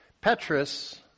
Petrus